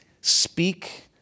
speak